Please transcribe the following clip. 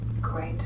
Great